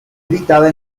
editada